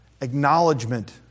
acknowledgement